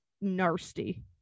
nasty